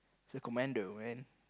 he's a commando man